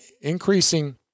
increasing